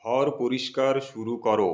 ঘর পরিস্কার শুরু করো